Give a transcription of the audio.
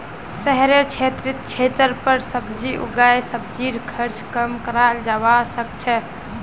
शहरेर क्षेत्रत छतेर पर सब्जी उगई सब्जीर खर्च कम कराल जबा सके छै